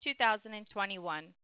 2021